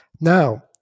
Now